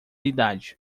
idade